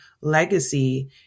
legacy